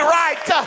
right